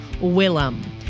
Willem